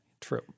True